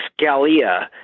Scalia